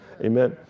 Amen